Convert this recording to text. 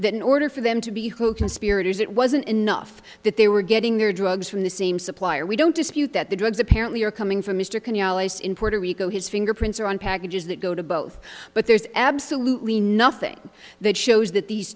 that in order for them to be who conspirators it wasn't enough that they were getting their drugs from the same supplier we don't dispute that the drugs apparently are coming from mr can ya lace in puerto rico his fingerprints are on packages that go to both but there's absolutely nothing that shows that these